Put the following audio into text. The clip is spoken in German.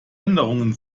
änderungen